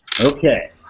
Okay